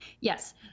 Yes